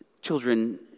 Children